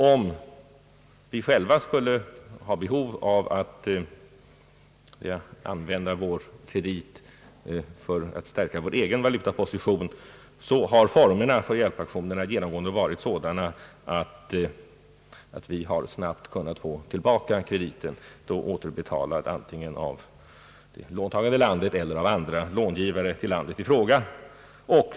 Om vi själva skulle ha behov av att använda vår kredit för att stärka vår egen valutaposition har formerna för hjälpaktionens genomförande varit sådana, att vi snabbt kunnat få tillbaka krediten, återbetalad antingen av det låntagande landet eller av andra långivare till landet i fråga.